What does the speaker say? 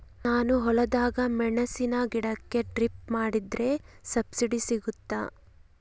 ನಾನು ಹೊಲದಾಗ ಮೆಣಸಿನ ಗಿಡಕ್ಕೆ ಡ್ರಿಪ್ ಮಾಡಿದ್ರೆ ಸಬ್ಸಿಡಿ ಸಿಗುತ್ತಾ?